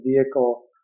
vehicle